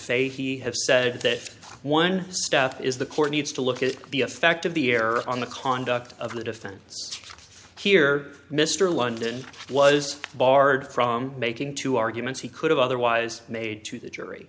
fahy have said that one step is the court needs to look at the effect of the error on the conduct of the defense here mr london was barred from making two arguments he could have otherwise made to the jury